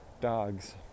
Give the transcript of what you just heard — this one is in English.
dogs